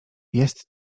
jest